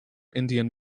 indian